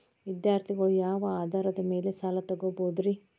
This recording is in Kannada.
ವಿದ್ಯಾರ್ಥಿಗಳು ಯಾವ ಆಧಾರದ ಮ್ಯಾಲ ಸಾಲ ತಗೋಬೋದ್ರಿ?